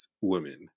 women